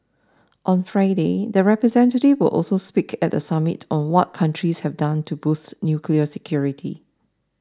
on Friday the representatives will also speak at the summit on what countries have done to boost nuclear security